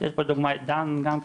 יש פה לדוגמא את דן גם כן,